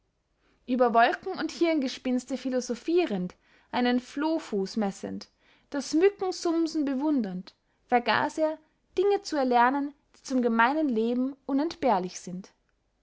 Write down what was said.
ueber wolken und hirngespinste philosophierend einen flohfuß messend das mückensumsen bewundernd vergaß er dinge zu erlernen die zum gemeinen leben unentbehrlich sind